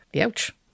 Ouch